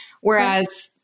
Whereas